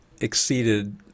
exceeded